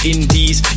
Indies